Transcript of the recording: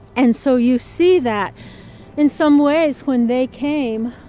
and so you see that in some ways, when they came,